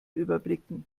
überblicken